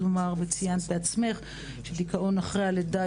ציינת בעצמך גם את הדיכאון אחרי לידה